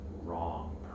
wrong